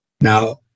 Now